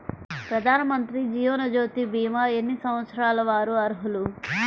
ప్రధానమంత్రి జీవనజ్యోతి భీమా ఎన్ని సంవత్సరాల వారు అర్హులు?